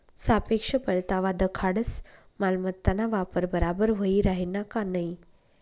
सापेक्ष परतावा दखाडस मालमत्ताना वापर बराबर व्हयी राहिना का नयी